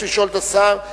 השר בנושא: